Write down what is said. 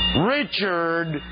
Richard